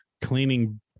cleaning